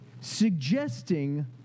suggesting